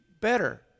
better